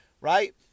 right